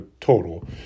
total